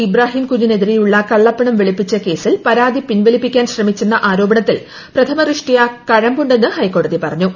ഇബ്രാഹിം കുഞ്ഞിനെതിരെയുള്ള കള്ളപ്പണം വെളുപ്പിച്ച കേസിൽ പരാതി പിൻവലിപ്പിക്കാൻ ശ്രമിച്ചെന്ന ആരോപണത്തിൽ പ്രഥമദൃഷ്ട്യാ കഴമ്പുണ്ടെന്ന് ഹൈക്കോടതി പറഞ്ഞു